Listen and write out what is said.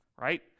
right